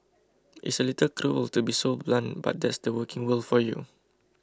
it's a little cruel to be so blunt but that's the working world for you